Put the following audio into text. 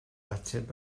ateb